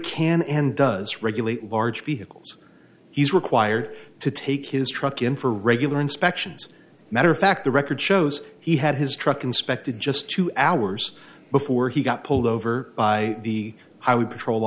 can and does regulate large vehicles he's required to take his truck in for regular inspections matter of fact the record shows he had his truck inspected just two hours before he got pulled over by the